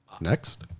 Next